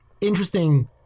interesting